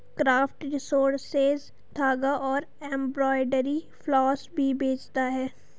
craft resources धागा और embroidery floss भी बेचता है